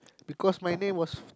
because my name was